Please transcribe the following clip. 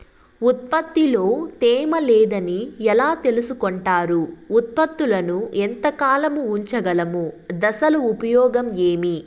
ఉత్పత్తి లో తేమ లేదని ఎలా తెలుసుకొంటారు ఉత్పత్తులను ఎంత కాలము ఉంచగలము దశలు ఉపయోగం ఏమి?